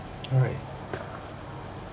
right